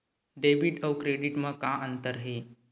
Debit अउ credit म का अंतर हे?